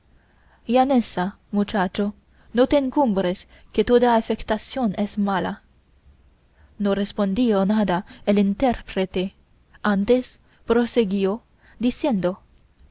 y dijo llaneza muchacho no te encumbres que toda afectación es mala no respondió nada el intérprete antes prosiguió diciendo